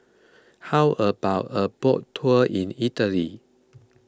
how about a boat tour in Italy